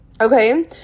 okay